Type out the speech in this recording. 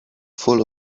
full